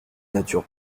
nature